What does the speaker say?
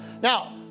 Now